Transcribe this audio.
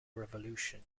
revolution